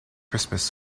christmas